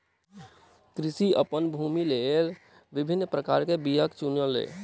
कृषक अपन भूमिक लेल विभिन्न प्रकारक बीयाक चुनलक